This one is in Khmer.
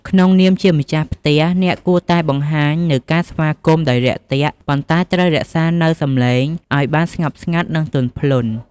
ក្នុងនាមជាម្ចាស់ផ្ទះ អ្នកគួរតែបង្ហាញនូវការស្វាគមន៍ដោយរាក់ទាក់ ប៉ុន្តែត្រូវរក្សានូវសំឡេងឲ្យបានស្ងប់ស្ងាត់ និងទន់ភ្លន់។